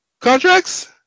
contracts